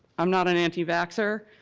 i'm not an anti-vaccer,